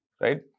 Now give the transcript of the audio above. right